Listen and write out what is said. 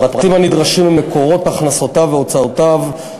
הפרטים הנדרשים הם מקורות הכנסותיו והוצאותיו,